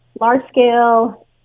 large-scale